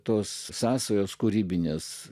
tos sąsajos kūrybinės